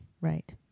Right